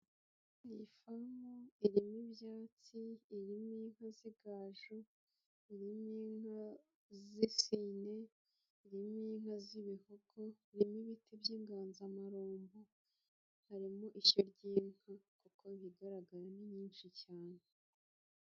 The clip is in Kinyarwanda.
Iyi famu irimo ibyatsi, irimo inka z'igaju, iririmo inka z'isine, irimo inka z'ibihogo, irimo ibiti by'inganzamarumbo, harimo ishayo ry'inka kuko ibigaragara ni nyinshi cyane.